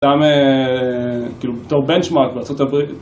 אדם, כאילו, בתור בנצ'מארק בארה"ב